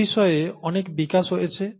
এবিষয়ে অনেক বিকাশ হয়েছে